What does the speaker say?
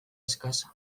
eskasa